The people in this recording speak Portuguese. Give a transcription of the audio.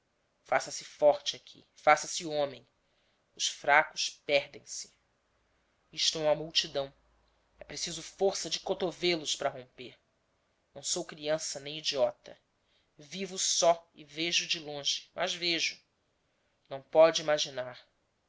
faça-se forte aqui faça-se homem os fracos perdem-se isto é uma multidão é preciso força de cotovelos para romper não sou criança nem idiota vivo só e vejo de longe mas vejo não pode imaginar